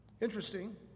interesting